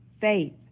faith